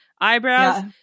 eyebrows